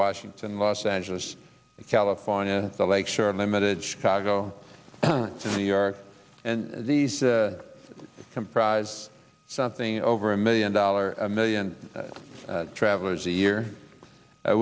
washington los angeles california the lake shore limited chicago and new york and these comprise something over a million dollars a million travelers a year